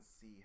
see